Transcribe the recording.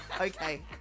Okay